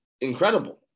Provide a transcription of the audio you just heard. incredible